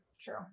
true